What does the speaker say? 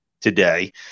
today